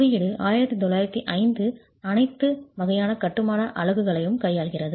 குறியீடு 1905 அனைத்து வகையான கட்டுமான அலகுகளையும் கையாள்கிறது